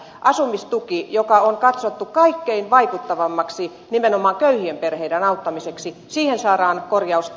asumistukeen joka on katsottu kaikkein vaikuttavimmaksi nimenomaan köyhien perheiden auttamisessa saadaan korjausta